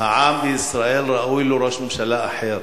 העם בישראל ראוי לו ראש ממשלה אחר,